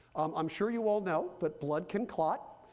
i'm sure you all know that blood can clot.